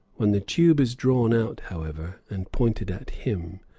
when the tube is drawn out, however, and pointed at him,